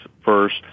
first